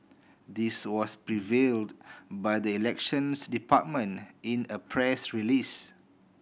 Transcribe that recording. this was revealed by the Elections Department in a press release